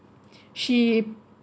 she